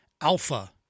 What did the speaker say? alpha